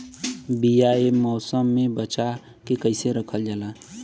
बीया ए मौसम में बचा के कइसे रखल जा?